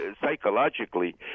psychologically